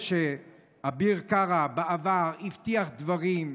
אביר קארה הבטיח בעבר דברים,